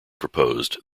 proposed